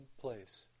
place